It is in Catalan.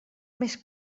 més